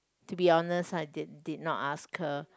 to be honest I did not ask her